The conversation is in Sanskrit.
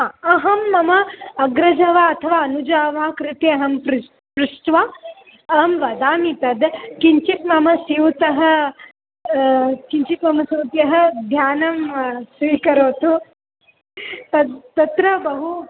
आ अहं मम अग्रजः वा अथवा अनुजा वा कृते अहं पृ पृष्ट्वा अहं वदामि तद् किञ्चित् मम स्यूतः किञ्चित् मम स्यूतः ध्यानं स्वीकरोतु तद् तत्र बहु